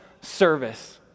service